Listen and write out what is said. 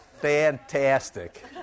fantastic